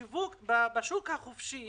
בשוק החופשי